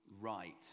right